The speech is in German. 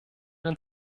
den